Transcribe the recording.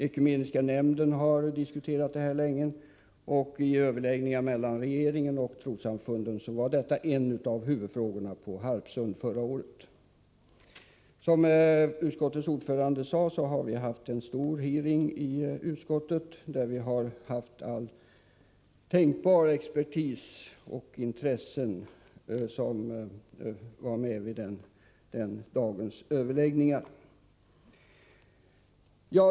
Ekumeniska nämnden har länge diskuterat dessa frågor, och i överläggningar på Harpsund förra året mellan regeringen och trossamfunden var detta en av huvudfrågorna. Som utskottets ordförande sade har vi haft en stor hearing i utskottet. Vid den dagens överläggningar deltog företrädare för all tänkbar expertis och olika intressen.